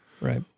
Right